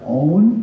own